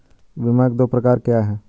बीमा के दो प्रकार क्या हैं?